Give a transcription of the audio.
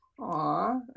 Aw